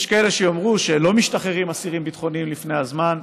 יש כאלה שיאמרו שלא משחררים אסירים ביטחוניים לפני הזמן,